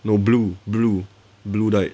no blue blue blue died